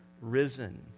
risen